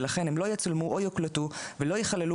ולכן הם לא יצולמו או יוקלטו ולא יכללו